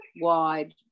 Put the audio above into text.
wide